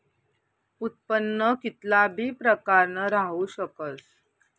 उत्पन्न कित्ला बी प्रकारनं राहू शकस